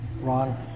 Ron